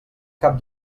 cap